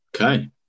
okay